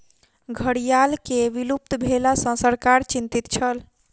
घड़ियाल के विलुप्त भेला सॅ सरकार चिंतित छल